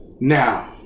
Now